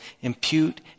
impute